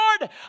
Lord